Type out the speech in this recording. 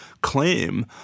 claim